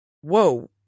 whoa